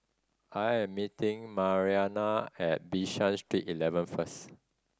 I am meeting Marianna at Bishan Street Eleven first